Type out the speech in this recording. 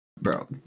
Bro